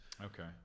Okay